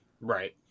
Right